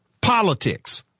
politics